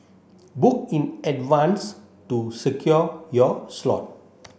book in advance to secure your slot